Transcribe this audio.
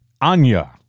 Anya